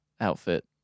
outfit